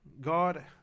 God